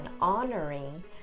honoring